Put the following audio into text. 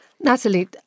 Natalie